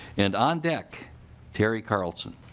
and on deck tony carlson.